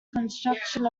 construction